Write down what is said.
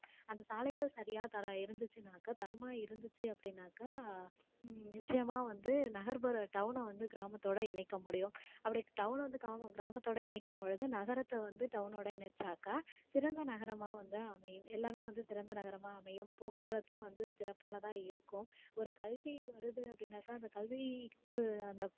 அந்த சாலைகள் சரியா தரம் இருந்துச்சுனாக்கா தரமாக இருந்துச்சு அப்படின்னாக்கா நிச்சயமாக வந்து நகர்ப்புற டவுனை வந்து கிராமத்தோட இணைக்க முடியும் அப்படி டவுனை வந்து கிராம கிராமத்தோடு இணைக்கும் பொழுது நகரத்தை வந்து டவுனோடு இணைச்சாக்கா சிறந்த நகரமாக வந்து அமையும் எல்லாமே வந்து சிறந்த நகரமாக அமையும் போக்குவரத்தும் வந்து சிறப்பானதாக இருக்கும் ஒரு கல்வி வருது அப்படின்னாக்கா அந்த கல்விக்கு அந்த